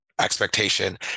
expectation